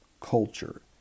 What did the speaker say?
culture